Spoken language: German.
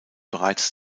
bereits